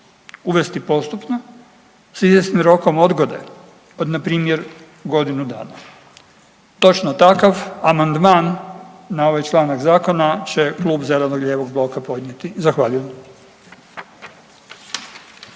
uvesti postupno s izvjesnim rokom odgode od npr. godinu dana. Točno takav amandman na ovaj članak Zakona će Klub zeleno-lijevog bloka podnijeti. Zahvaljujem.